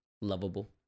lovable